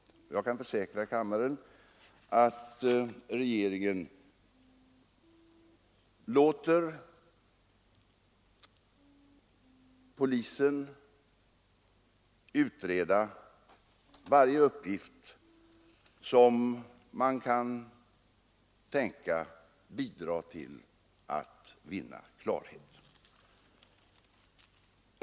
Jag kan försäkra kammaren att regeringen låter polisen utreda varje uppgift som kan tänkas bidra till att vinna klarhet.